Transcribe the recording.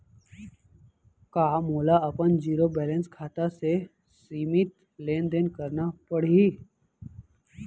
का मोला अपन जीरो बैलेंस खाता से सीमित लेनदेन करना पड़हि?